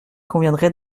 conviendrait